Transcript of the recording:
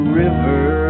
river